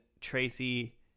Tracy